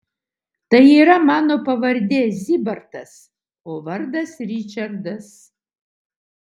tai yra mano pavardė zybartas o vardas ričardas